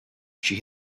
she